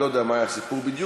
אני לא יודע מה היה הסיפור בדיוק.